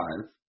five